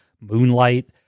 Moonlight